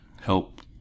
Help